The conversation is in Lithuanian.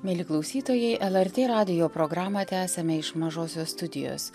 mieli klausytojai lrt radijo programą tęsiame iš mažosios studijos